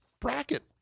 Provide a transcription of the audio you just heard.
bracket